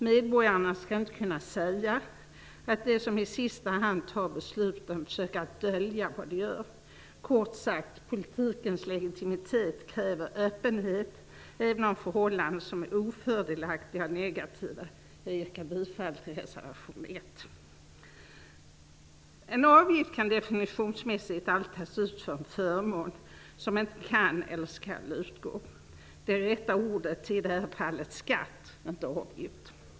Medborgarna skall inte kunna säga att de som i sista hand fattar besluten försöker dölja vad de gör. Kort sagt: politikens legitimitet kräver öppenhet även om förhållanden som är ofördelaktiga och negativa. Jag yrkar bifall till reservation 1. En avgift kan definitionsmässigt aldrig tas ut för en förmån som inte kan, eller skall, utgå. Det rätta ordet är i det här fallet skatt, inte avgift.